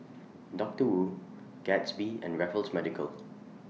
Doctor Wu Gatsby and Raffles Medical